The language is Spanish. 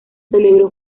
celebró